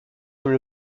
comme